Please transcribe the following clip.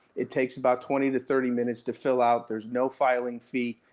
it takes about twenty to thirty minutes to fill out. there's no filing fee.